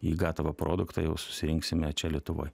į gatavą produktą jau susirinksime čia lietuvoj